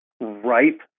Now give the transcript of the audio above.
ripe